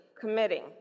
committing